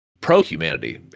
pro-humanity